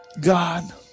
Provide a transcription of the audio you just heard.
God